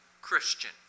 Christian